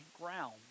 ground